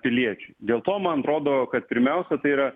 piliečiui dėl to man atrodo kad pirmiausia tai yra